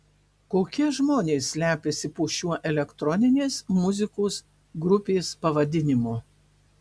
kokie žmonės slepiasi po šiuo elektroninės muzikos grupės pavadinimu